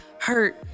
hurt